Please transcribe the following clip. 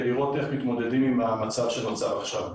לראות איך מתמודדים עם המצב שנוצר עכשיו.